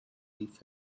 leave